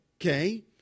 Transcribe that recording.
Okay